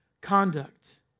conduct